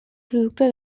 producte